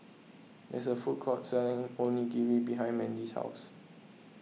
there's a food court selling Onigiri behind Mandy's house